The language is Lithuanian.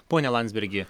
pone landsbergi